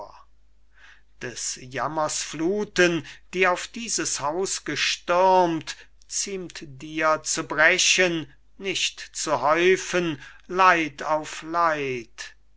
des jammers fluthen die auf dieses haus gestürmt ziemt dir zu brechen nicht zu häufen leid auf leid